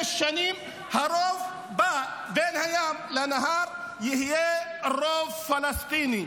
שנים הרוב בה בין הים לנהר יהיה רוב פלסטיני.